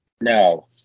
No